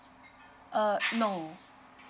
uh no